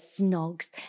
snogs